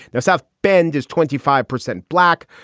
now south bend is twenty five percent black,